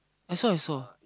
I saw I saw